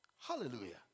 Hallelujah